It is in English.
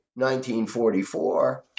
1944